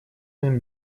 моим